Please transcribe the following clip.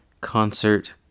concert